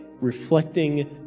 reflecting